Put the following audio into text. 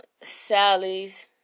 Sally's